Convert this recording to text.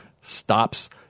stops